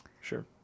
Sure